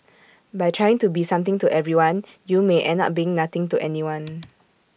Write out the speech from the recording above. by trying to be something to everyone you may end up being nothing to anyone